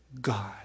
God